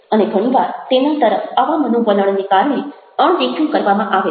અને ઘણી વાર તેના તરફ આવા મનોવલણને કારણે અણદેખ્યું કરવામાં આવે છે